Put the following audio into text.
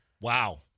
Wow